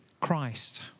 Christ